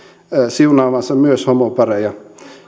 siunaavansa myös homopareja